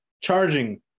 charging